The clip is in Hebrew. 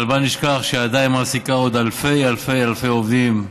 אבל בל נשכח שהיא עדיין מעסיקה עוד אלפי אלפי אלפי עובדים,